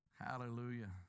Hallelujah